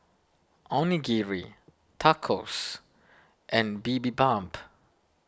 Onigiri Tacos and Bibimbap